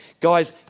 Guys